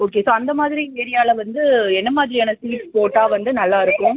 okay so அந்தமாதிரி ஏரியாவில வந்து என்ன மாதிரியான ஸீட்ஸ் போட்டால் வந்து நல்லாயிருக்கும்